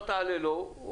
לא תעלה לו,